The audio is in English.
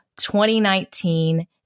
2019